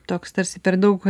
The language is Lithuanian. toks tarsi per daug